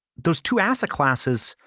those two asset classes,